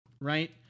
right